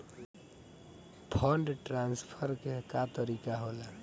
Fund transfer के का तरीका होला?